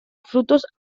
frutos